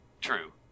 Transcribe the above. true